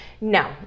No